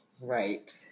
Right